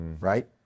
right